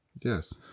Yes